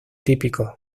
típicos